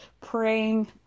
praying